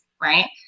right